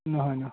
নহয় নহয়